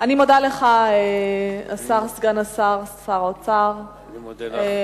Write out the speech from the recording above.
אזולאי שאל את שר האוצר ביום כ"ז בטבת התש"ע (13 בינואר 2010):